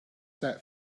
that